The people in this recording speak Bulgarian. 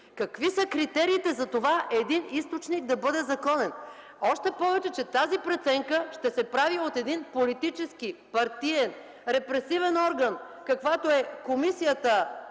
Какви са критериите за това един източник да бъде законен? Още повече, че тази преценка ще се прави от един политически, партиен, репресивен орган каквато е комисията,